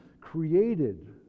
created